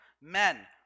men